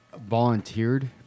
volunteered